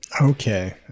Okay